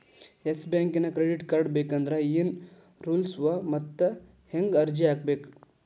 Yes ಬ್ಯಾಂಕಿನ್ credit card ಬೇಕಂದ್ರ ಏನ್ ರೂಲ್ಸವ ಮತ್ತ್ ಹೆಂಗ್ ಅರ್ಜಿ ಹಾಕ್ಬೇಕ?